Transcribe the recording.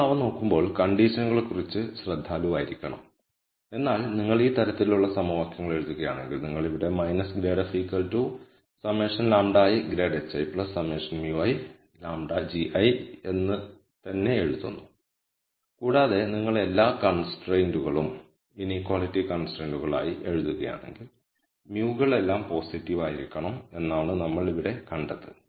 നിങ്ങൾ അവ നോക്കുമ്പോൾ കണ്ടീഷൻകളെക്കുറിച്ച് ശ്രദ്ധാലുവായിരിക്കണം എന്നാൽ നിങ്ങൾ ഈ തരത്തിലുള്ള സമവാക്യങ്ങൾ എഴുതുകയാണെങ്കിൽ നിങ്ങൾ ഇവിടെ ∇fλi μi എന്ന് തന്നെ എഴുതുന്നു കൂടാതെ നിങ്ങൾ എല്ലാ കൺസ്ട്രെന്റുകളും ഇനീക്വളിറ്റി കൺസ്ട്രെന്റുകൾ ആയി എഴുതുകയാണെങ്കിൽ μ കൾ എല്ലാം പോസിറ്റീവ് ആയിരിക്കണം എന്നാണ് നമ്മൾ ഇവിടെ കണ്ടത്